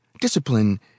Discipline